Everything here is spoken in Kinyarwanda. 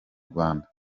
rwanda